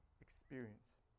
experience